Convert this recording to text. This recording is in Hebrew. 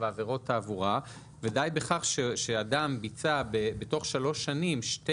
ועבירות תעבורה ודי בכך שאדם ביצע בתוך שלוש שנים שתי